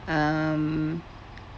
um